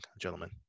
gentlemen